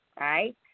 right